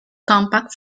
compact